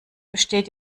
besteht